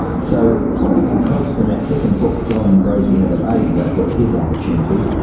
so because in that second book don and rosie had a baby, i thought here's an opportunity.